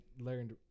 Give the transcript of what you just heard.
learned